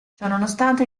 ciononostante